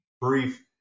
brief